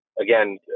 again